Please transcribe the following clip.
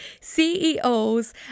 CEOs